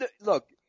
look